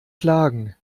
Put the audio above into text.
klagen